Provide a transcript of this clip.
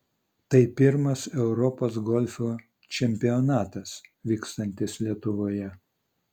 tai pirmas europos golfo čempionatas vykstantis lietuvoje